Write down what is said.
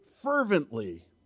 fervently